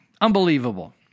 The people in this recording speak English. Unbelievable